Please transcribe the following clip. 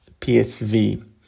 PSV